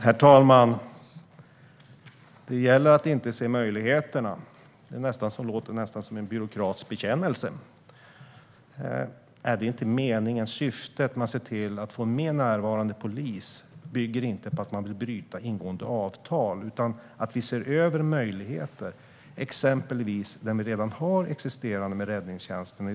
Herr talman! Det gäller att inte se möjligheterna - det låter nästan som en byråkratisk bekännelse. Syftet är att se till att få en mer närvarande polis. Det bygger inte på att bryta ingångna avtal utan på att se över möjligheter, exempelvis det som redan existerar i dag inom räddningstjänsten.